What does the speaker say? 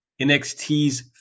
NXT's